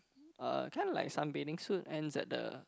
uh kinda like sunbathing suit ends at the